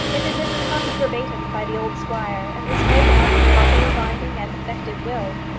it had been copied verbatim by the old squire, and was no doubt a properly binding and effective will.